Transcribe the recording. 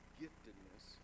giftedness